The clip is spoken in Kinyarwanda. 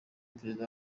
perezida